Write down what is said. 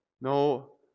No